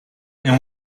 and